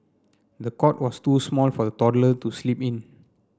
the cot was too small for the toddler to sleep in